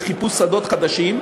וחיפוש שדות חדשים,